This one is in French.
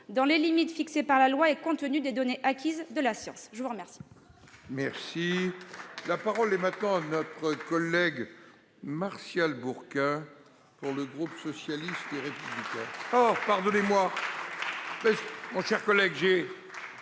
dans les limites fixées par la loi et compte tenu des données acquises de la science, le médecin